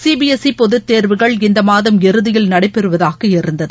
சிபிஎஸ்இபொதுத் தேர்வுகள் இந்தமாதம் இறுதியில் நடைபெறுவதாக இருந்தது